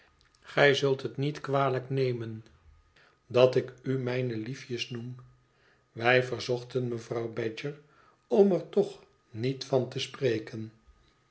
gij zult het niet kwalijk nemen dat ik u mijne liefjes noem wij verzochten mevrouw badger om er toch niet van te spreken